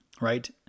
right